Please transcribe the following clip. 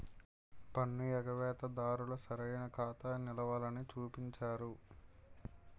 పన్ను ఎగవేత దారులు సరైన ఖాతా నిలవలని చూపించరు